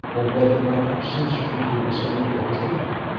or whether my absence from you is only a dream?